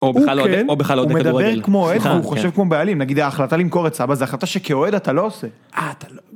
הוא כן, הוא מדבר כמו עצמו, הוא חושב כמו בעלים, נגיד ההחלטה למכור את סבא זה החלטה שכאוהד אתה לא עושה.